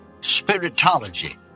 Spiritology